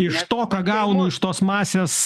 iš to ką gaunu iš tos masės